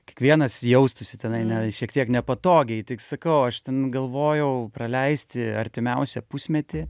kiekvienas jaustųsi tenai ne šiek tiek nepatogiai tik sakau aš ten galvojau praleisti artimiausią pusmetį